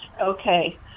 Okay